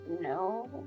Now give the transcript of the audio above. No